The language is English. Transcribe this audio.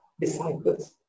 disciples